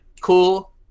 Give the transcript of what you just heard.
Cool